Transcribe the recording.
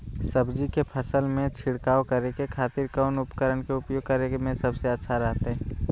सब्जी के फसल में छिड़काव करे के खातिर कौन उपकरण के उपयोग करें में सबसे अच्छा रहतय?